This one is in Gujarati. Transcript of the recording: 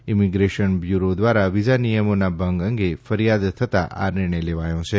ઈમિગ્રેશન બ્યુરો ધ્વારા વિઝા નિયમોના ભંગ અંગે ફરીયાદ તાં આ નિર્ણય લેવાયો છે